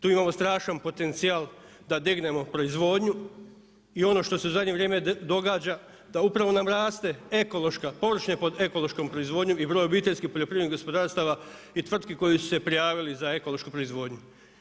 Tu imamo strašan potencijal da dignemo proizvodnju i ono što se u zadnje vrijeme događa da upravo nam raste ekološka, površine pod ekološkom proizvodnjom i broj obiteljskih poljoprivrednih gospodarstava i tvrtki koje su se prijavile za ekološku proizvodnju.